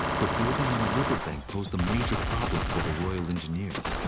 but building on a riverbank posed a major problem for the royal engineers.